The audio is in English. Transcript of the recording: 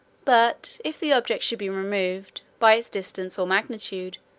but if the object should be removed, by its distance or magnitude,